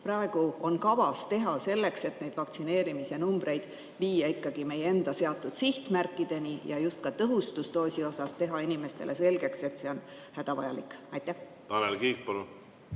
praegu on kavas teha selleks, et neid vaktsineerimise numbreid viia ikkagi meie enda seatud sihtmärkideni ja just tõhustusdoosi kohta teha inimestele selgeks, et see on hädavajalik? Austatud